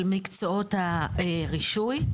של מקצועות הרישוי,